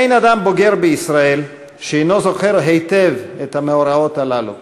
אין אדם בוגר בישראל שאינו זוכר היטב את המאורעות הללו,